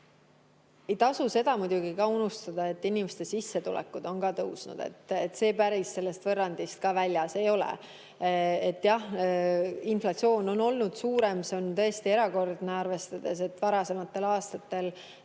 Ei tasu seda muidugi ka unustada, et inimeste sissetulekud on tõusnud. See sellest võrrandist ka päris väljas ei ole. Jah, inflatsioon on olnud suurem, see on tõesti erakordne, arvestades, et varasematel aastatel